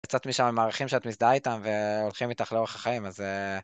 קצת משם, מהערכים שאת מזדהה איתם והולכים איתך לאורך החיים, אז...